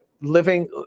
living